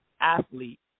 athlete